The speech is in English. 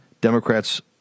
Democrats